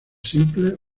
simples